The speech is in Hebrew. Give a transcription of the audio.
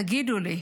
תגידו לי,